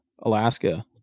Alaska